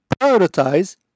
prioritize